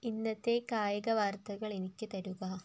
ഇന്നത്തെ കായിക വാര്ത്തകള് എനിക്ക് തരുക